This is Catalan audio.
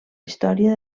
història